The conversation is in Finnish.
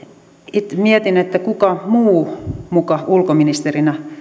mietin kuka muu muka ulkoministerinä